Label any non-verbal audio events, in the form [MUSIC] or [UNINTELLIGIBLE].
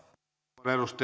arvoisa [UNINTELLIGIBLE]